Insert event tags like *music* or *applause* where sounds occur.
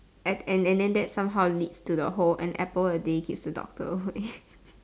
add and then that somehow leads to the whole an apple a day keeps the doctor away *laughs*